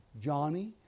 Johnny